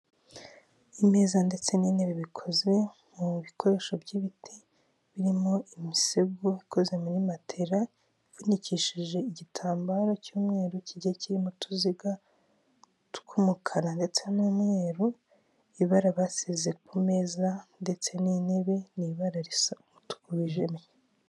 Imeza ndetse n'intebe bikoze mu bikoresho by'ibiti, birimo imisego ikoze muri matela ifunikishije igitambaro cy'umweru kigiye kirimo utuziga tw'umukara ndetse n'umweru, ibara basize ku meza ndetse n'intebe ni ibara risa umutuku wijimye.